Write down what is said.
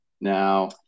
Now